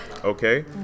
Okay